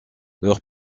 leur